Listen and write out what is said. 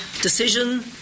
decision